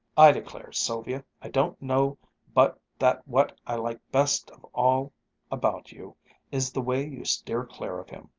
i declare, sylvia, i don't know but that what i like best of all about you is the way you steer clear of him.